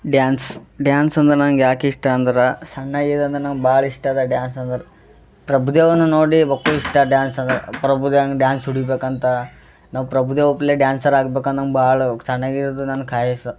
dance dance ಅಂದ್ರೆ ನಂಗೆ ಯಾಕೆ ಇಷ್ಟ ಅಂದ್ರೆ ಸಣ್ಣ ಇರೋದನ್ನು ಭಾಳ ಇಷ್ಟ ಅದ ಡ್ಯಾನ್ಸ್ ಅಂದ್ರೆ ಪ್ರಭುದೇವನು ನೋಡಿ ಬಕ್ಕು ಇಷ್ಟ ಡ್ಯಾನ್ಸ್ ಅಂದ್ರೆ ಪ್ರಭುದೇವಂಗೆ ಡ್ಯಾನ್ಸ್ ಹೊಡಿಬೇಕಂತ ನಾವು ಪ್ರಭುದೇವ ಒಪ್ಲೆ ಡ್ಯಾನ್ಸರ್ ಆಗ್ಬೇಕು ಅನ್ನೋವ ಭಾಳ ಸಣ್ಣಗೆ ಇರೋದರಿಂದನು ಖಾಯಶ್ಶು